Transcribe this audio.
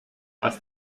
was